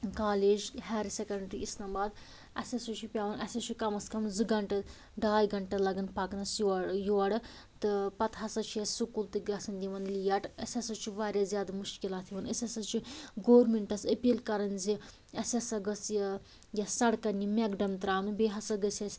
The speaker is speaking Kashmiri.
college higher secondary Islamabad اسہِ ہَسا چھُ پیٚوان اسہِ ہسا چھِ کَم از کَم زٕ گھنٛٹہٕ ڈھاے گھنٛٹہٕ لگان پکنَس یورٕ یورٕ تہٕ پتہِ ہَسا چھُ اسہِ سُکوٗل تہِ گَژھان یِوان لیٹ اسہِ ہَسا چھِ وارِیاہ زیادٕ مشکلات یِوان أسۍ ہَسا چھِ گورمنٹَس اپیٖل کَران زِ اسہِ ہَسا گٔژھہِ یہِ سڑکن یہِ میٚگڈم ترٛاونہٕ بیٚیہِ ہَسا گٔژھہِ اسہِ